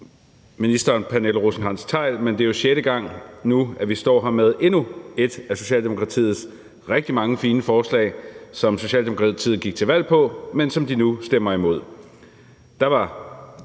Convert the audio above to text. Rosenkrantz-Theil som minister, men det er sjette gang, vi står her med endnu et af Socialdemokratiets rigtig mange fine forslag, som Socialdemokratiet gik til valg på, men som de nu stemmer imod. Der var